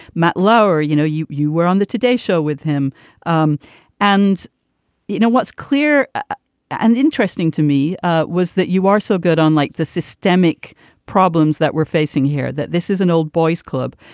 matt lauer you know you you were on the today show with him um and you know what's clear and interesting to me ah was that you are so good unlike the systemic problems that we're facing here that this is an old boys club.